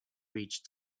reach